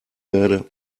werde